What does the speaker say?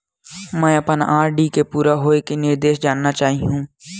मैं अपन आर.डी के पूरा होये के निर्देश जानना चाहहु